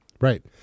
Right